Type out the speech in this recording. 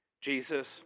Jesus